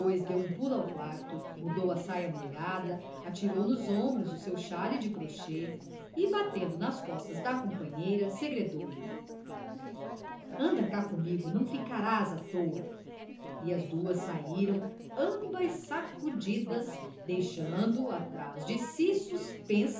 pulo ao quarto mudou a saia molhada atirou nos ombros o seu xale de crochê e batendo nas costas da companheira segredou-lhe anda cá comigo não ficarás à toa e as duas saíram ambas sacudidas deixando atrás de si suspensa